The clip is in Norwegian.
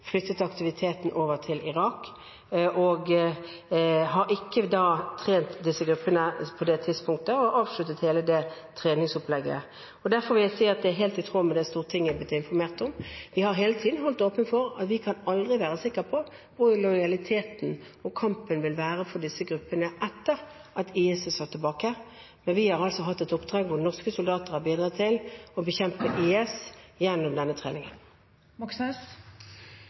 flyttet aktiviteten over til Irak og har ikke trent disse gruppene på det tidspunktet og har avsluttet hele det treningsopplegget. Derfor vil jeg si at det er helt i tråd med det Stortinget er blitt informert om. Vi har hele tiden holdt åpent for at vi aldri kan være sikre på hvor lojaliteten – og kampen – vil være for disse gruppene etter at IS er slått tilbake. Men vi har altså hatt et oppdrag hvor norske soldater har bidratt til å bekjempe IS gjennom denne treningen. Det blir oppfølgingsspørsmål – først Bjørnar Moxnes.